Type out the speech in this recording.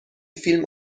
فیلم